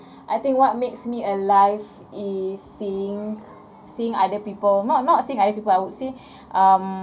I think what makes me alive is seeing seeing other people not not seeing other people I would say um